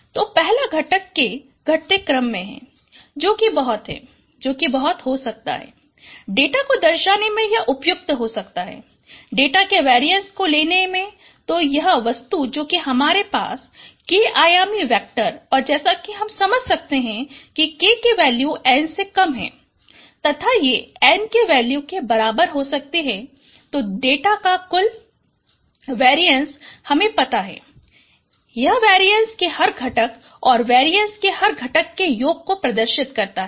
तो पहला घटक k घटते क्रम में है जो कि बहुत है जो कि बहुत हो सकता है डाटा को दर्शाने में यह उपयुक्त हो सकता है डाटा के वेरीएंसको लेने में तो यह वस्तु जो कि हमारे पास k आयामी वेक्टर और जैसा हम समझ सकते है k की वैल्यू n से कम है तथा ये n कि वैल्यू के बराबर हो सकती है तो डाटा का कुल वेरीएंसहमें पता है यह वेरीएंसके हर घटक और वेरीएंसके हर घटक के योग को प्रदर्शित करता है